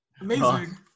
Amazing